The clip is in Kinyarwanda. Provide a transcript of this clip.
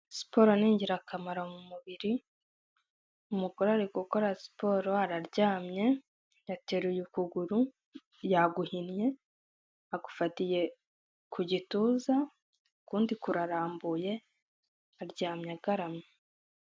Siporo ni ingirakamaro mu mubiri, umugore ari gukora siporo, araryamye, yateruye ukuguru, yaguhinnye, agufatiye ku gituza, ukundi kurarambuye, aryamye agaramye.